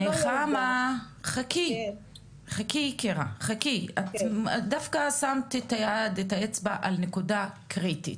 כאן שמת את האצבע על נקודה קריטית.